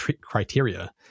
criteria